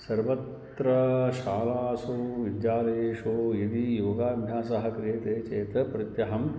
सर्वत्र शालासु विद्यालयेषु यदि योगाभ्यासः क्रियते चेत् प्रत्यहम्